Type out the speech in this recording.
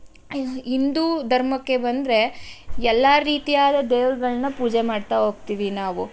ಹಿಂದೂ ಧರ್ಮಕ್ಕೆ ಬಂದರೆ ಎಲ್ಲ ರೀತಿಯಾದ ದೇವರುಗಳನ್ನ ಪೂಜೆ ಮಾಡ್ತಾ ಹೋಗ್ತೀವಿ ನಾವು